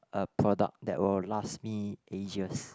a product that will last me ages